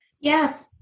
Yes